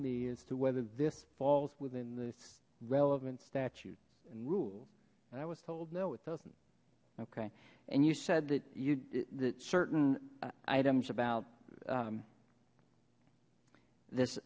me as to whether this falls within this relevant statutes and rules and i was told no it doesn't okay and you said that you did that certain items about this